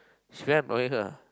don't like her ah